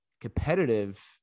competitive